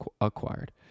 acquired